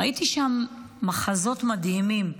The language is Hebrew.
ראיתי שם מחזות מדהימים.